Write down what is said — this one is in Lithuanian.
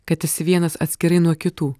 kad esi vienas atskirai nuo kitų